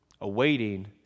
awaiting